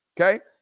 okay